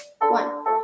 One